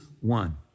one